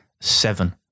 seven